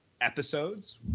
episodes